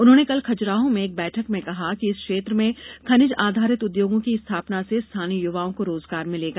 उन्होंने कल खजुराहों में एक बैठक में कहा कि इस क्षेत्र में खनिज आधारित उद्योगों की स्थापना से स्थानीय युवाओं को रोजगार मिलेगा